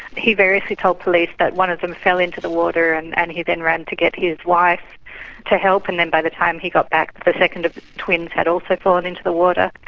he variously told police that one of them fell into the water and and he then ran to get his wife to help and then by the time he got back the but second of the twins had also fallen into the water.